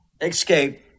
escape